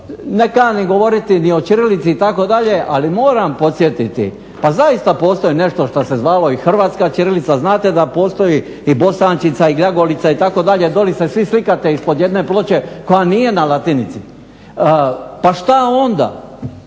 Ne kanim govoriti ni o ćirilici itd., ali moram podsjetiti pa zaista postoji nešto što se zvalo i hrvatska ćirilica, znate da postoji i bosančica i glagoljica itd., doli se svi slikate ispod jedne ploče koja nije na latinici. Pa šta onda?